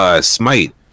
Smite